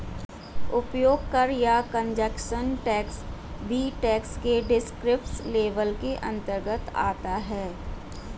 उपभोग कर या कंजप्शन टैक्स भी टैक्स के डिस्क्रिप्टिव लेबल के अंतर्गत आता है